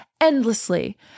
endlessly